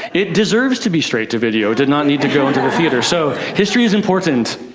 it deserves to be straight to video, it did not need to go into the theatres. so history is important.